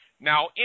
Now